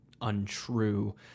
untrue